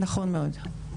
נכון מאוד.